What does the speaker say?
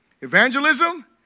evangelism